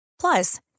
Plus